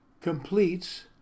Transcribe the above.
completes